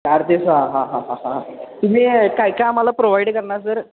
चार दिवस हां हां हां हां हां हां तुम्ही काय काय आम्हाला प्रोव्हाईड करणार सर